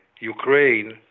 Ukraine